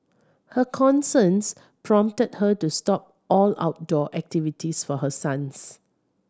her concerns prompted her to stop all outdoor activities for her sons